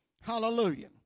Hallelujah